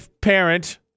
parent